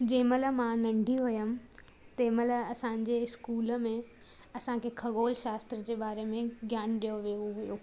जंहिंमहिल मां नंढी हुयमि तंहिंमहिल असांजे स्कूल में असांखे खगोल शास्त्र जे बारे में ज्ञान ॾियो वेयो हुयो